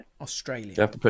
Australia